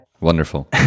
Wonderful